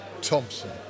Thompson